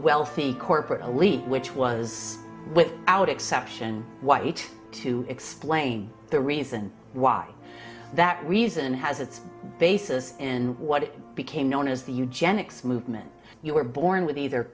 wealthy corporate elite which was whipped out exception white to explain the reason why that reason has its basis and what it became known as the eugenics movement you were born with either